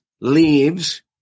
leaves